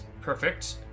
perfect